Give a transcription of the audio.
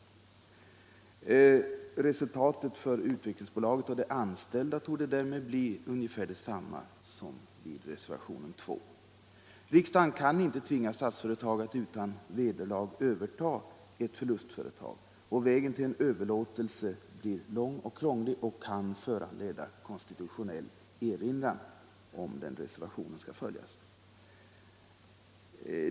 Resultatet för Utvecklingsaktiebolaget och de anställda torde därmed bli ungefär detsamma som enligt reservationen 2. Riksdagen kan inte tvinga Statsföretag att utan vederlag överta ett förlustföretag, och vägen till en överlåtelse blir lång och krånglig och kan föranleda konstitutionell erinran. om den reservationen skall följas.